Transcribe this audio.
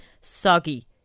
soggy